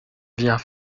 vient